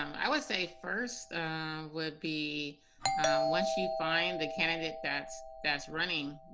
i would say first would be once you find the candidate that's that's running,